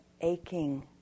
aching